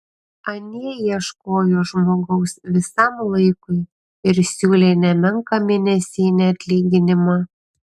anie ieškojo žmogaus visam laikui ir siūlė nemenką mėnesinį atlyginimą